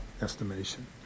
estimation